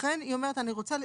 ולכן היא אומרת אני רוצה לשקף,